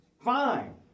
fine